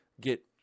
get